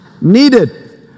Needed